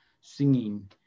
singing